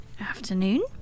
Afternoon